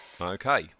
Okay